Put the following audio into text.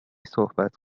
صحبت